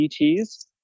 ETs